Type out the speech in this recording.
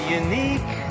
unique